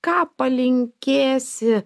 ką palinkėsi